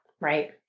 Right